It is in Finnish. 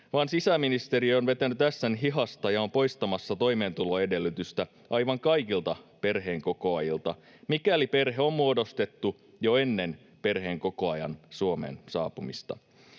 vaan sisäministeri on vetänyt ässän hihasta ja on poistamassa toimeentuloedellytystä aivan kaikilta perheenkokoajilta, mikäli perhe on muodostettu jo ennen perheenkokoajan Suomeen saapumista.